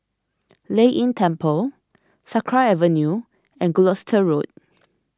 Lei Yin Temple Sakra Avenue and Gloucester Road